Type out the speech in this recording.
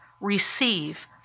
Receive